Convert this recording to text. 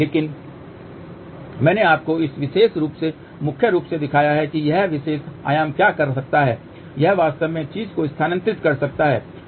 इसलिए मैंने आपको यह विशेष रूप से मुख्य रूप से दिखाया है कि यह विशेष आयाम क्या कर सकता है यह वास्तव में चीज़ को स्थानांतरित कर सकता है